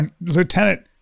Lieutenant